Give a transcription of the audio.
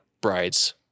brides